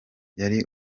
yari